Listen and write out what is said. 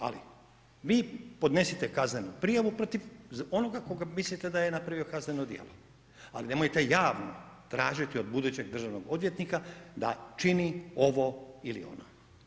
Ali, vi podnesite kaznenu prijavu protiv onoga koga mislite da je napravio kazneno djelo, ali nemojte javno tražiti od budućeg državnog odvjetnika da čini ovo ili ono.